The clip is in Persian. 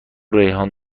ریحان